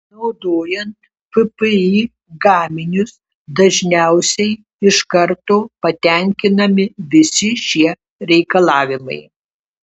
naudojant ppi gaminius dažniausiai iš karto patenkinami visi šie reikalavimai